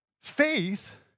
Faith